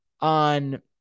on